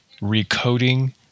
recoding